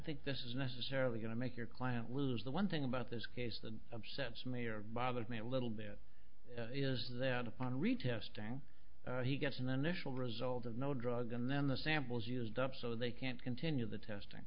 think this is necessarily going to make your client lose the one thing about this case that upsets me or bothers me a little bit is there on retesting he gets in a national result of no drug and then the samples used up so they can continue the testing